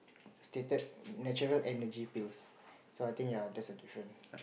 stated natural energy pills so I think yea that's a different